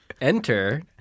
enter